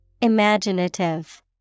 Imaginative